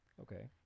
okay